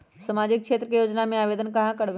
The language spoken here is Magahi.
सामाजिक क्षेत्र के योजना में आवेदन कहाँ करवे?